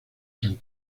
san